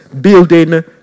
building